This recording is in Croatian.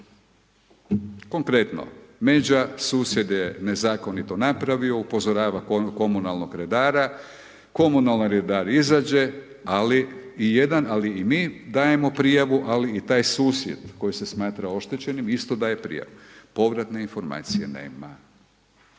konkretno međa susjed je nezakonito napravio upozorava komunalnog redara, komunalni redar izađe, ali i jedan ali i mi dajemo prijavu, ali i taj susjed koji se smatra oštećenim isto daje prijavu. Povratne informacije nema.